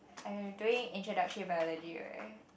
I am doing introductory biology right